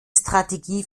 strategie